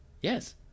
Yes